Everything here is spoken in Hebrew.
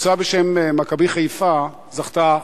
קבוצה בשם "מכבי חיפה" זכתה